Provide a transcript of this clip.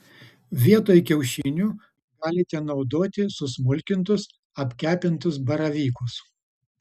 vietoj kiaušinių galite naudoti susmulkintus apkepintus baravykus